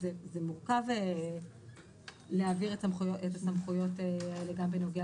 זה מורכב להעביר את הסמכויות האלה גם בנוגע